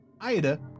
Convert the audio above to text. Ida